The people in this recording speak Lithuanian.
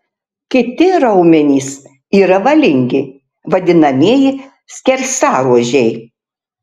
kiti raumenys yra valingi vadinamieji skersaruožiai